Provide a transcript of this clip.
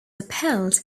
upheld